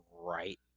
right